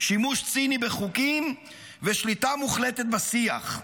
שימוש ציני בחוקים ושליטה מוחלטת בשיח.